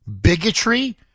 bigotry